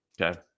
Okay